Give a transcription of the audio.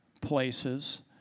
places